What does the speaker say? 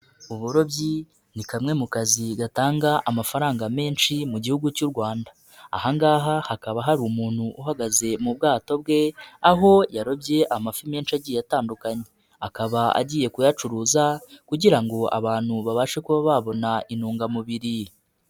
Uburobyi ni kamwe mu kazi gatanga amafaranga menshi mu gihugu cy'u Rwanda. Aha ngaha hakaba hari umuntu uhagaze mu bwato bwe, aho yaroge amafi menshi agiye atandukanye. Akaba agiye kuyacuruza kugira ngo abantu babashe kuba babona intungamubiri.